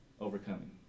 Overcoming